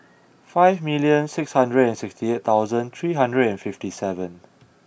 five million six hundred and sixty eight thousand three hundred and fifty seven